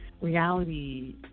reality